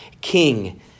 king